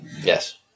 Yes